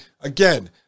again